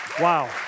Wow